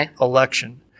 election